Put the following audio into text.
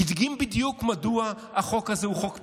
הדגים בדיוק מדוע החוק הזה הוא חוק פסול.